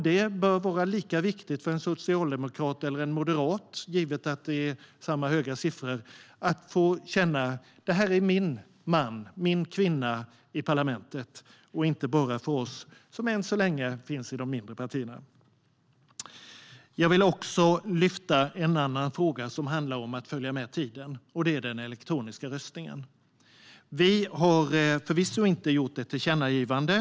Det bör vara lika viktigt för en socialdemokrat eller en moderat väljare, givet att det är fråga om samma höga siffror, att få känna att det här är min man eller kvinna i parlamentet - inte bara för oss i de än så länge mindre partierna. Jag vill också lyfta upp en annan fråga som handlar om att följa med tiden, nämligen den elektroniska röstningen. Utskottet har förvisso inte gjort ett tillkännagivande.